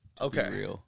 Okay